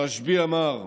רשב"י אמר: